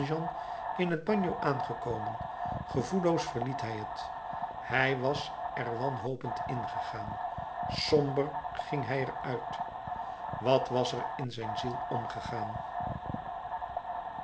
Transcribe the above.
in het bagno aangekomen gevoelloos verliet hij het hij was er wanhopend ingegaan somber ging hij er uit wat was er in zijn ziel omgegaan